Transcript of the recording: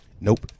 Nope